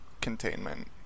containment